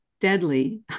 deadly